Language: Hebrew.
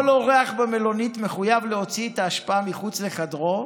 כל אורח במלונית מחויב להוציא את האשפה אל מחוץ לחדרו,